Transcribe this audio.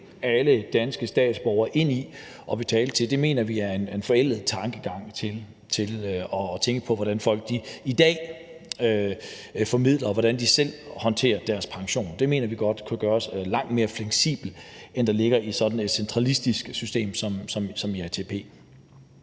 alle danske statsborgere ind i at betale til, mener vi er en forældet tankegang, når man tænker på, hvordan folk i dag formidler og selv håndterer deres pension. Og det mener vi godt kan gøres langt mere fleksibelt, end der ligger i sådan et centralistisk system som i ATP.